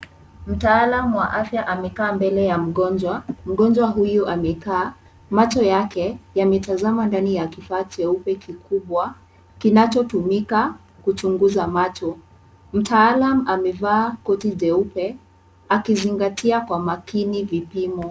Mtaalam wa afya amekaa mbele ya mgonjwa. Mgonjwa huyu amekaa macho yake yametazama ndani ya kifaa cheupe kikubwa, kinachotumika kuchunguza macho. Mtaalam amevaa koti jeupe, akizingatia kwa makini vipimo.